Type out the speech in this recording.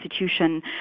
institution